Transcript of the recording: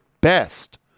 best